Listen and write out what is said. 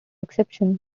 exception